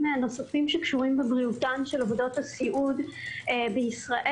נוספים שקשורים בבריאותן של עובדות הסיעוד בישראל.